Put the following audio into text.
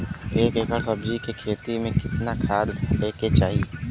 एक एकड़ सब्जी के खेती में कितना खाद डाले के चाही?